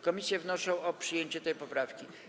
Komisje wnoszą o przyjęcie tej poprawki.